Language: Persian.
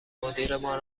مدیرمان